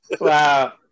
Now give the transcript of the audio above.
Wow